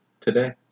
today